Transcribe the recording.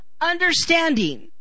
understanding